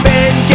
Ben